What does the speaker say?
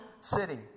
city